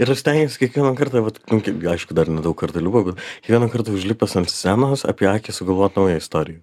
ir aš stengiuosi kiekvieną kartą vat nu gi aišku dar nedaug kartų lipau bet kvieną kartą užlipęs ant scenos apie akį sugalvot naują istoriją